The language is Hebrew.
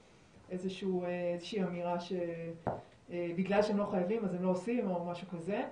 איזה שהיא אמירה שבגלל שהם לא חייבים אז הם לא עושים או משהו כזה.